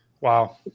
Wow